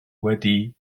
wedi